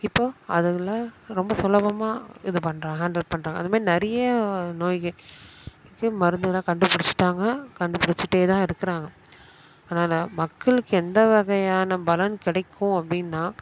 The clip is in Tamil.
இப்போது அதுக்குள்ளே ரொம்ப சுலபமாக இது பண்ணுறாங்க ஹேண்டில் பண்ணுறாங்க அதுமாரி நிறைய நோய்கள் இப்போயே மருந்துலாம் கண்டுப்பிடிச்சிட்டாங்க கண்டுப்பிடிச்சிட்டே தான் இருக்கிறாங்க அதனால் மக்களுக்கு எந்த வகையான பலன் கிடைக்கும் அப்படின்னா